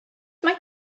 mae